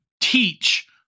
teach